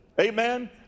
Amen